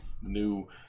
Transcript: new